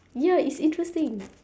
ya it's interesting